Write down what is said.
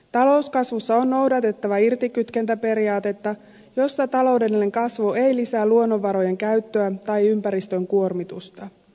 talouskasvussa on noudatettava irtikytkentäperiaatetta jossa taloudellinen kasvu ei lisää luonnonvarojen käyttöä tai ympäristön kuormitusta